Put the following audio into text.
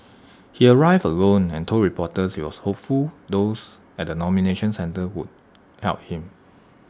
he arrived alone and told reporters he was hopeful those at the nomination centre would help him